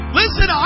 listen